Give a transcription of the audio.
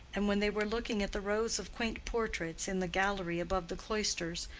and when they were looking at the rows of quaint portraits in the gallery above the cloisters,